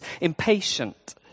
impatient